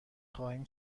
خواهیم